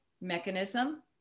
mechanism